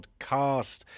podcast